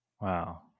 Wow